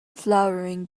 flowering